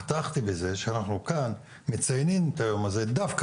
פתחתי בזה שאנחנו כאן מציינים את היום הזה דווקא